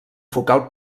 focal